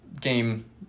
game